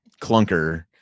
clunker